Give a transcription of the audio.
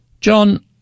John